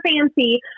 fancy